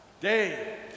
day